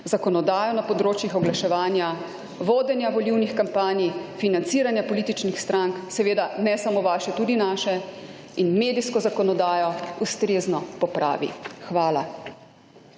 zakonodaja na področjih oglaševanja, vodenja volilnih kampanj, financiranja političnih strank – seveda ne samo vaše, tudi naše – in medijsko zakonodajo ustrezno popravi. Hvala.